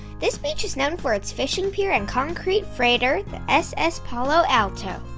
this beach is known for its fishing pier and concrete freighter, the ss palo alto.